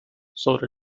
sobre